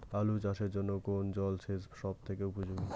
আলু চাষের জন্য কোন জল সেচ সব থেকে উপযোগী?